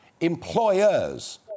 Employers